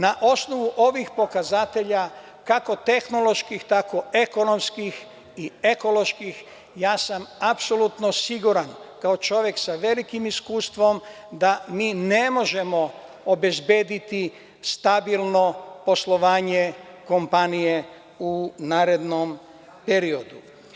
Na osnovu ovih pokazatelja, kako tehnoloških, tako ekonomskih i ekoloških, ja sam apsolutno siguran, kao čovek sa velikim iskustvom, da mi ne možemo obezbediti stabilno poslovanje kompanije u narednom periodu.